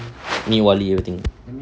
ni wali punya thing